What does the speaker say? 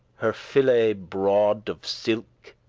her fillet broad of silk,